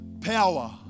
power